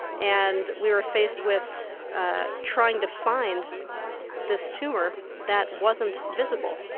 and we were faced with ah trying to find this tumour that wasn't visible.